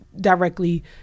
directly